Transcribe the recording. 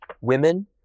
women